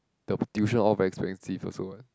the tuition all very expensive also what